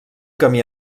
camí